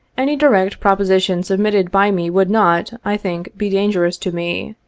any direct proposi tion submitted by me would not, i think, be dangerous to me.